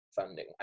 funding